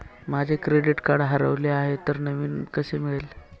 माझे credit card हरवले आहे तर नवीन कसे मिळेल?